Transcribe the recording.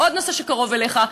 עוד נושא שקרוב אליך,